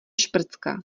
šprcka